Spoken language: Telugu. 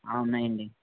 ఆ ఉన్నాయండి